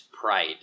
pride